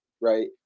right